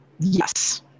Yes